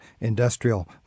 industrial